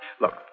Look